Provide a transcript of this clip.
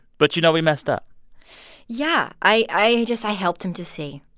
but you know he messed up yeah. i just i helped him to see.